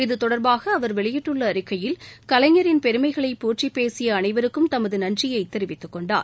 இதுதொடர்பாக அவர் வெளியிட்டுள்ள அறிக்கையில் கலைஞரின் பெருமைகளை போற்றி பேசிய அனைவருக்கும் தமது நன்றியை தெரிவித்துக்கொண்டார்